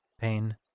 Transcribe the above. Pain